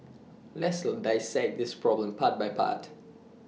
let's dissect this problem part by part